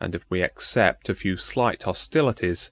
and if we except a few slight hostilities,